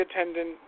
attendant